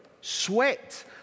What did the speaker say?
sweat